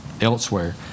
elsewhere